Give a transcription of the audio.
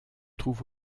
trouve